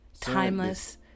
Timeless